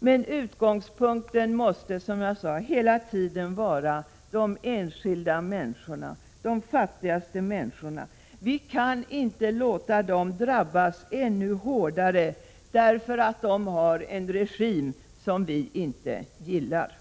Men utgångspunkten måste, som jag sade, hela tiden vara de enskilda människorna, de fattigaste människorna. Vi kan inte låta dem drabbas ännu hårdare därför att de har en regim som vi inte gillar.